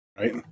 Right